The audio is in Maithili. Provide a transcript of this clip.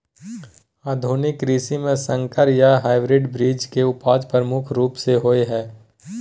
आधुनिक कृषि में संकर या हाइब्रिड बीज के उपजा प्रमुख रूप से होय हय